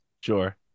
Sure